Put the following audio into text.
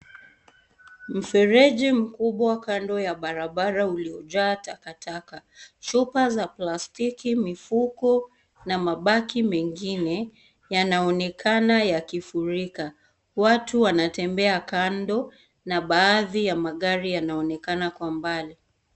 Mfereji mkubwa Kando ya barabara uliojaa takatak, chupa za plastiki mifuko na mabangi mengine yanaonekana yakifurika, watu wanatembea kando na baadhi ya magari yanaonekana Kwa umbali.